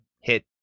hit